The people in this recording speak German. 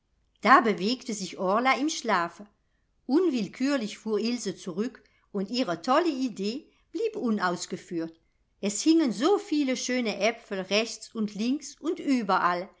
da bewegte sich orla im schlafe unwillkürlich fuhr ilse zurück und ihre tolle idee blieb unausgeführt es hingen so viel schöne aepfel rechts und links und überall